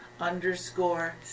underscore